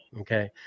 okay